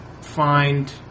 find